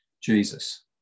Jesus